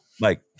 Mike